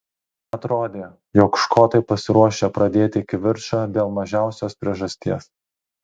atrodė jog škotai pasiruošę pradėti kivirčą dėl mažiausios priežasties